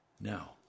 Now